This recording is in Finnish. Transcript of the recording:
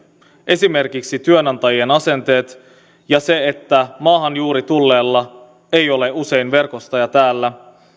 esimerkiksi työnantajien asenteet ja se että maahan juuri tulleella ei ole usein verkostoja täällä